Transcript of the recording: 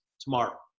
tomorrow